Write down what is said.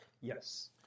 Yes